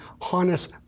harness